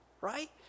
right